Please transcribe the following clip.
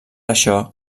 això